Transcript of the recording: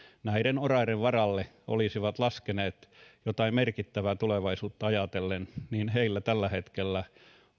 näiden oraiden varalle olisivat laskeneet jotain merkittävää tulevaisuutta ajatellen niin heillä tällä hetkellä